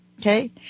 Okay